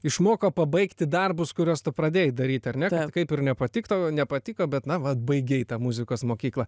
išmoko pabaigti darbus kuriuos tu pradėjai daryt ar ne kaip ir nepatik tau nepatiko bet na vat baigei tą muzikos mokyklą